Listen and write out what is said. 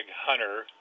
Hunter